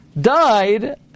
died